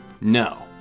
No